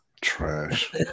trash